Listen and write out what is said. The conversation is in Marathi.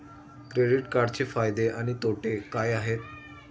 क्रेडिट कार्डचे फायदे आणि तोटे काय आहेत?